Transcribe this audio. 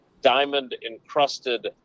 diamond-encrusted